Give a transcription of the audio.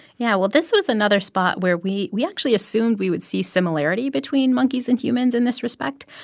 yeah. well, this was another spot where we we actually assumed we would see similarity between monkeys and humans in this respect.